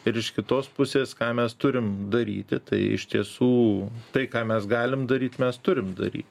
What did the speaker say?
ir iš kitos pusės ką mes turim daryti tai iš tiesų tai ką mes galim daryt mes turim daryt